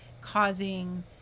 causing